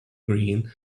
green